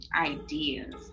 ideas